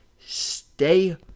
stay